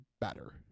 better